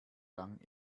lang